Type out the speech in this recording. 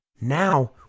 Now